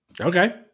Okay